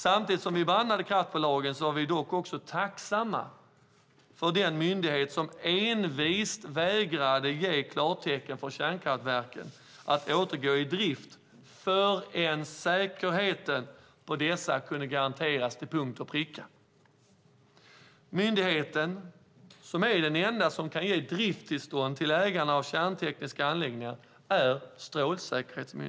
Samtidigt som vi bannade kraftbolagen var vi dock tacksamma för den myndighet som envist vägrade ge klartecken till kärnkraftverken att återgå i drift förrän säkerheten kunde garanteras till punkt och pricka. Strålsäkerhetsmyndigheten är den enda som kan ge driftillstånd till ägarna av kärntekniska anläggningar.